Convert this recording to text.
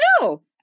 no